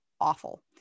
awful